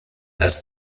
had